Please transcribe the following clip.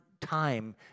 time